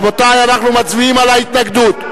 רבותי, אנחנו מצביעים על ההתנגדות.